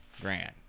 grand